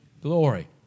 glory